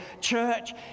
church